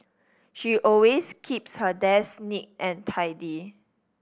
she always keeps her desk neat and tidy